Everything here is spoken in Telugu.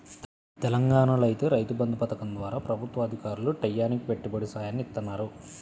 తెలంగాణాలో ఐతే రైతు బంధు పథకం ద్వారా ప్రభుత్వ అధికారులు టైయ్యానికి పెట్టుబడి సాయాన్ని ఇత్తన్నారు